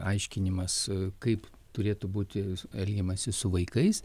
aiškinimas kaip turėtų būti elgiamasi su vaikais